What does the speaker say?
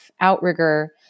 outrigger